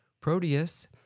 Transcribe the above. Proteus